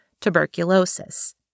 tuberculosis